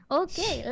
okay